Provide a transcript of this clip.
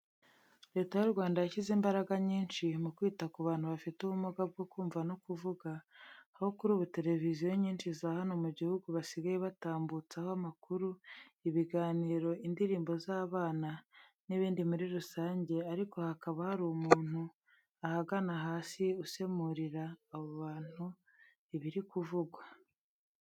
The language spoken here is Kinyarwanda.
Leta y'u Rwanda yashyize imbaraga nyinshi mu kwita ku bantu bafite ubumuga bwo kumva no kuvuga, aho kuri ubu televiziyo nyinshi za hano mu gihugu basigaye batambutsaho amakuru, ibiganiro, indirimbo z'abana n'izindi muri rusange ariko hakaba hari umuntu ahagana hasi usemurira abo bantu ibiri kuvugwa.